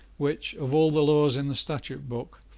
which, of all the laws in the statute book,